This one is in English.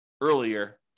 earlier